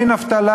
אין אבטלה.